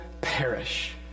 perish